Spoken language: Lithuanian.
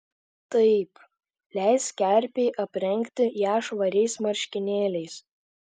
taip liepk kerpei aprengti ją švariais marškinėliais